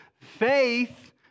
faith